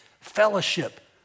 fellowship